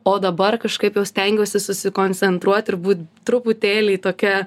o dabar kažkaip jau stengiuosi susikoncentruot ir būt truputėlį tokia